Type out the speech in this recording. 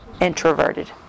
introverted